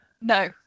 No